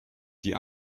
die